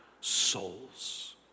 souls